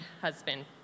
husband